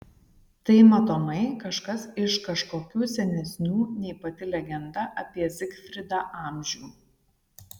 tai matomai kažkas iš kažkokių senesnių nei pati legenda apie zigfridą amžių